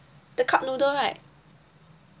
the cup noodle right